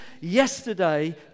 yesterday